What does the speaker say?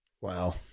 Wow